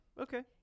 okay